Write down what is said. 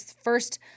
first